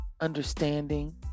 understanding